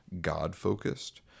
God-focused